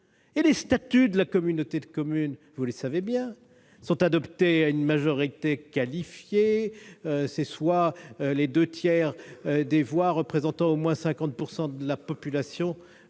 les statuts de la communauté de communes. Or, vous le savez bien, ces statuts sont adoptés à une majorité qualifiée : soit les deux tiers des voix, représentant au moins 50 % de la population